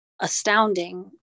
astounding